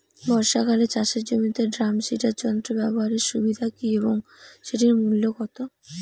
বর্ষাকালে চাষের জমিতে ড্রাম সিডার যন্ত্র ব্যবহারের সুবিধা কী এবং সেটির মূল্য কত?